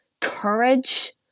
courage